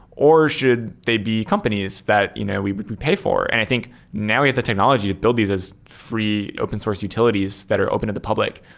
or should they be companies that you know we we pay for? and i think now we have the technology to build these as free open source utilities that are open to the public.